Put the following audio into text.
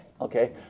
okay